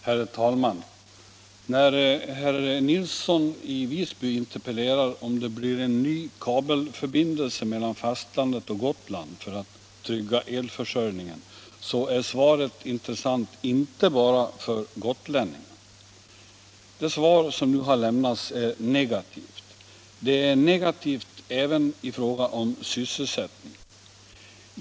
Herr talman! När herr Nilsson i Visby interpellerar i frågan om det blir en ny kabelförbindelse mellan fastlandet och Gotland för att trygga elförsörjningen, så är svaret intressant inte bara för gotlänningarna. Det svar som nu har lämnats är negativt. Det är negativt även i fråga om sysselsättning.